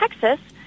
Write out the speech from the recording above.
Texas